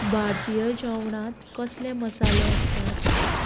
भारतीय जेवणांत कसले मसाले आसतात